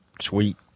Sweet